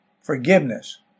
forgiveness